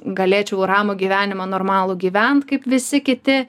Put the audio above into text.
galėčiau ramų gyvenimą normalų gyvent kaip visi kiti